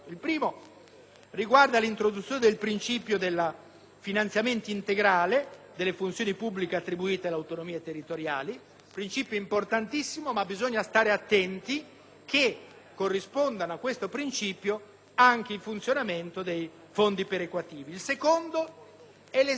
riguarda l'introduzione del principio del finanziamento integrale delle funzioni pubbliche attribuite alle autonomie territoriali. Si tratta di un principio importantissimo, ma bisogna stare attenti che a questo principio corrisponda anche il funzionamento dei fondi perequativi.